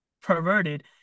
perverted